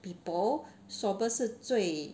people swabber 是最